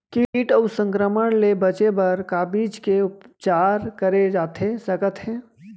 किट अऊ संक्रमण ले बचे बर का बीज के उपचार करे जाथे सकत हे?